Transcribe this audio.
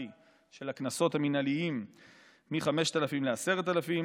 של הקנסות המינהליים מ-5,000 ל-10,000